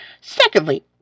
Secondly